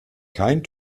kein